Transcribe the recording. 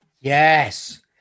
Yes